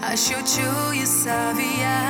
aš jaučiu savyje